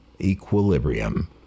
equilibrium